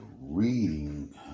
reading